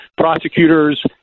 prosecutors